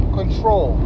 control